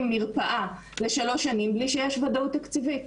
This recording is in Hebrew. מרפאה לשלוש שנים בלי שיש ודאות תקציבית.